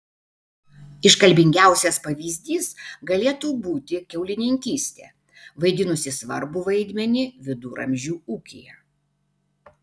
iškalbingiausias pavyzdys galėtų būti kiaulininkystė vaidinusi svarbų vaidmenį viduramžių ūkyje